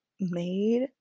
made